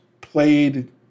played